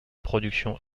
production